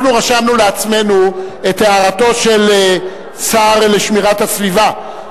אנחנו רשמנו לעצמנו את הערתו של השר לשמירת הסביבה,